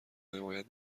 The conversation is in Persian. حمایت